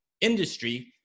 industry